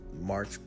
march